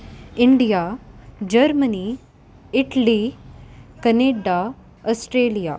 India Germany Italy Canada Australia